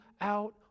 out